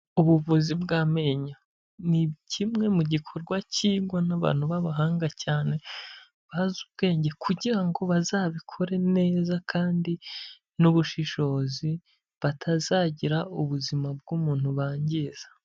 Ubuvuzi bw'amenyo, ni kimwe mu gikorwa cyigwa n'abantu b'abahanga cyane, bazi ubwenge kugirango bazabikore neza kandi n'ubushishozi, batazagira ubuzima bw'umuntu bangiza.